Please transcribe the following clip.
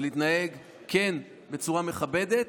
ולהתנהג בצורה מכבדת,